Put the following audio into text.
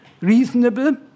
reasonable